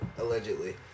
allegedly